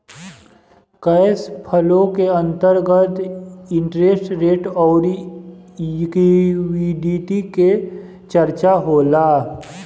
cash flow के अंतर्गत interest rate अउरी लिक्विडिटी के चरचा होला